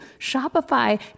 Shopify